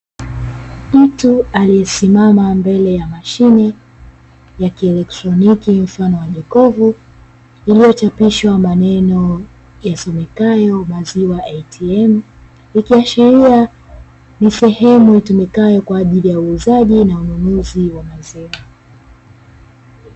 Mtu aliyesimama mbele ya mashine ya kieletroniki mfano wa jokofu iliyochapishwa maneno yasomekayo "maziwa ATM", ikiashiria ni sehemu itumikayo kwa ajili uuzaji na ununuzi wa maziwa.